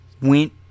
Went